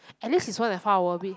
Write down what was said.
at least is one and a half hour we